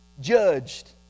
judged